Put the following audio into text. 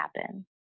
happen